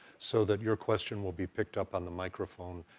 so that your question will be picked up on the microphone,